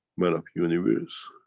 man of universe,